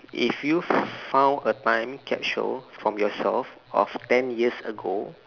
if you found a time capsule from yourself of ten years ago